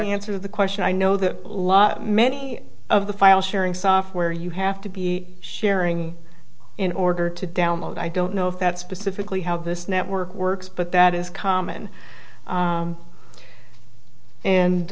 answer the question i know that a lot many of the file sharing software you have to be sharing in order to download i don't know if that's specifically how this network works but that is common